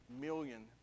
million